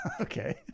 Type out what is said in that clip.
Okay